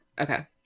Okay